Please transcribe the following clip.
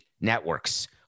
networks